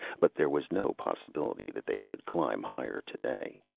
but there was no possibility that they could climb higher today.